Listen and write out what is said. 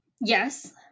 Yes